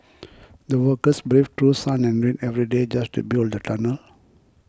the workers braved through sun and rain every day just to build the tunnel